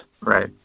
Right